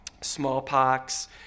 Smallpox